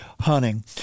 hunting